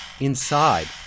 Inside